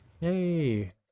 hey